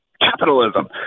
Capitalism